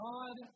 God